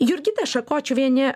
jurgita šakočiuvienė